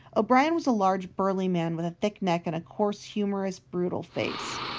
o'brien was a large, burly man with a thick neck and a coarse, humorous, brutal face.